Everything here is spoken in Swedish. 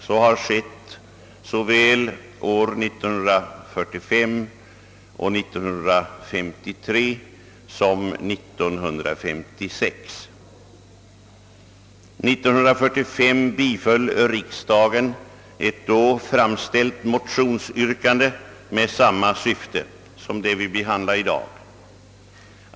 Så har skett såväl år 1945 och 1953 som år 1956. År 1945 biföll riksdagen ett då framställt motionsyrkande med samma syfte som det vi behandlar i dag.